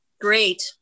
Great